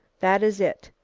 that is it.